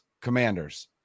Commanders